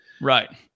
Right